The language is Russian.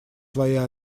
свои